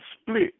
split